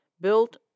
built